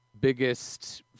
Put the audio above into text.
biggest